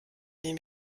dem